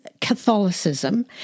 Catholicism